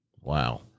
Wow